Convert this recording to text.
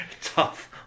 tough